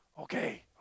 Okay